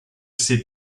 ses